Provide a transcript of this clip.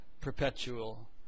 perpetual